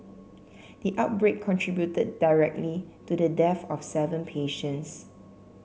the outbreak contributed directly to the death of seven patients